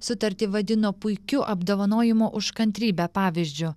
sutartį vadino puikiu apdovanojimo už kantrybę pavyzdžiu